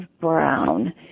brown